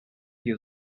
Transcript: you